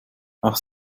auch